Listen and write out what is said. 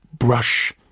brush